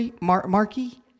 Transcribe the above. marky